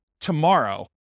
tomorrow